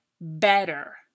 better